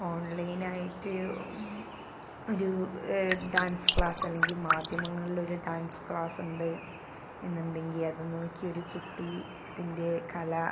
online ആയിട്ട് ഒരു dance class അല്ലെങ്കിൽ മാധ്യമങ്ങളിൽ ഒരു ഡാൻസ് ക്ലാസ് ഉണ്ട് എന്നുണ്ടെങ്കിൽ അത് നോക്കി ഒരു കുട്ടി അതിൻ്റെ കല